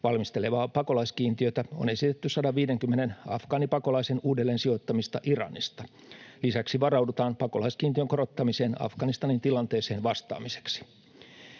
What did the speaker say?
valmistelemaa pakolaiskiintiötä on esitetty 150 afgaanipakolaisen uudelleensijoittamista Iranista. Lisäksi varaudutaan pakolaiskiintiön korottamiseen Afganistanin tilanteeseen vastaamiseksi.